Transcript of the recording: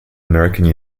american